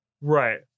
Right